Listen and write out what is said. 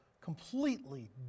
Completely